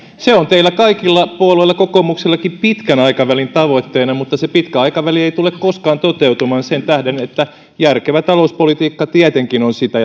se on teillä kaikilla puolueilla kokoomuksellakin pitkän aikavälin tavoitteena mutta se pitkä aikaväli ei tule koskaan toteutumaan sen tähden että järkevä talouspolitiikka on tietenkin sitä